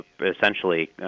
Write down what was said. essentially